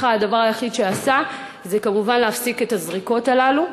הדבר היחיד שמשרדך עשה זה כמובן להפסיק את הזריקות האלה,